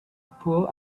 pool